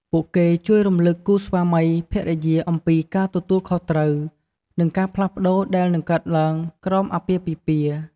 ពួកគេជួយរំលឹកគូស្វាមីភរិយាអំពីការទទួលខុសត្រូវ និងការផ្លាស់ប្តូរដែលនឹងកើតឡើងក្រោមអាពាហ៍ពិពាហ៍។